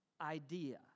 idea